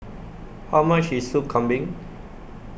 How much IS Sup Kambing